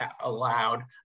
allowed